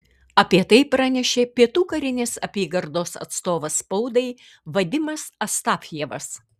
apie tai pranešė pietų karinės apygardos atstovas spaudai vadimas astafjevas